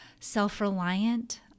self-reliant